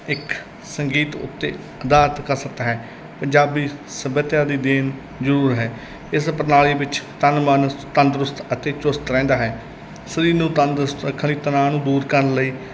ਇੱਕ ਸੰਗੀਤ ਉੱਤੇ ਅਧਾਰਤ ਕਸਰਤ ਹੈ ਪੰਜਾਬੀ ਸੱਭਿਅਤਾ ਦੀ ਦੇਣ ਜ਼ਰੂਰ ਹੈ ਇਸ ਪ੍ਰਣਾਲੀ ਵਿੱਚ ਤਨ ਮਨ ਤੰਦਰੁਸਤ ਅਤੇ ਚੁਸਤ ਰਹਿੰਦਾ ਹੈ ਸਰੀਰ ਨੂੰ ਤੰਦਰੁਸਤ ਰੱਖਣ ਲਈ ਤਣਾਅ ਨੂੰ ਦੂਰ ਕਰਨ ਲਈ